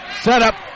setup